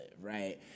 right